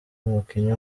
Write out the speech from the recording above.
umukinnyi